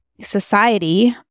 society